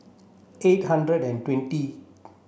eight hundred and twenty